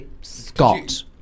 Scott